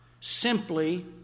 simply